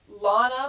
Lana